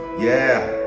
yeah!